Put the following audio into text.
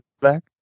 back